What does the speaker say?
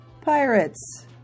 pirates